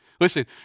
Listen